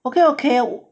okay okay